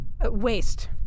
waste